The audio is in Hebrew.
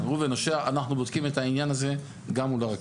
את העניין הזה גם מול הרכבת.